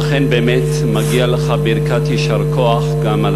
אכן באמת מגיעה לך ברכת יישר כוח גם על